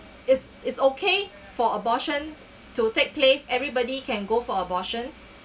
is is okay for abortion to take place everybody can go for abortion